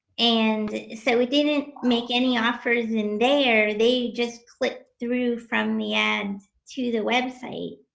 and so, we didn't make any offers in there, they just clicked through from the ad to the website.